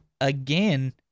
again